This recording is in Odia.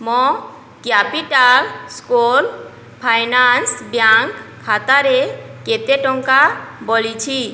ମୋ କ୍ୟାପିଟାଲ୍ ସ୍କୋଲ୍ ଫାଇନାନ୍ସ ବ୍ୟାଙ୍କ ଖାତାରେ କେତେ ଟଙ୍କା ବଳିଛି